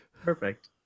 Perfect